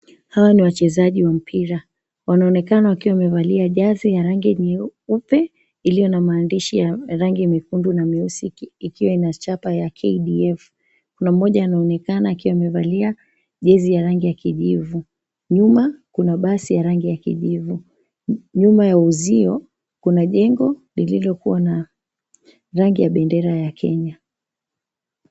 Hawa ni wachezaji wa mpira. Wanaonekama wakiwa wamevalia jezi ya rangi nyeupe iliyo na maandishinya rangi mekundu na meusi ikiwa ina chapa ya KDF. Kuna mmoja anaonekana akiwa amevalia jezi ya rangi ya kijivu, nyuma kuna basi ya rangi ya kijivu. Nyuma ya uzio kuna jengo lililokuwa na rangi ya bendera ya Kenya.